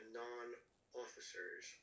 non-officers